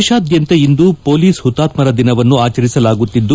ದೇಶಾದ್ಯಂತ ಇಂದು ಪೊಲೀಸ್ ಹುತಾತ್ತರ ದಿನವನ್ನು ಆಚರಿಸಲಾಗುತ್ತಿದ್ದು